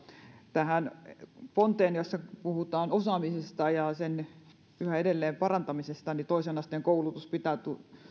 tähän ponteen jossa puhutaan osaamisesta ja sen yhä edelleen parantamisesta toisen asteen koulutus pitää